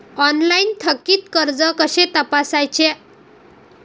Online थकीत कर्ज कसे तपासायचे?